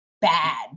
bad